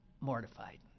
mortified